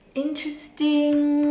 interesting